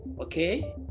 Okay